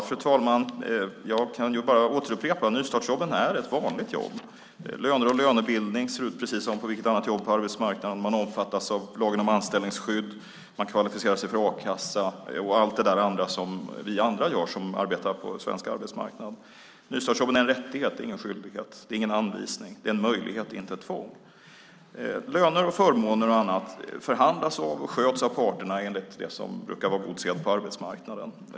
Fru talman! Jag kan bara återupprepa att nystartsjobben är vanliga jobb. Löner och lönebildning ser ut precis som för vilket annat jobb på arbetsmarknaden som helst. Man omfattas om lagen om anställningsskydd. Man kvalificerar sig för a-kassa och allt det där andra som vi andra gör som arbetar på svensk arbetsmarknad. Nystartsjobben är en rättighet, ingen skyldighet. Det är ingen anvisning. Det är en möjlighet, inte ett tvång. Löner, förmåner och annat förhandlas om och sköts av parterna enligt det som brukar vara god sed på arbetsmarknaden.